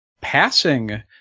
passing